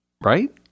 right